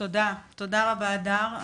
תודה רבה, הדר.